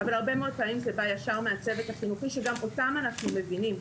אבל הרבה מאד פעמים זה בא ישר מהצוות החינוכי שגם אותם אנחנו מבינים,